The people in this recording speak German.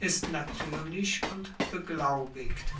ist natuerlich und beglaubigt